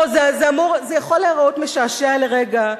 זה יכול להיראות משעשע לרגע,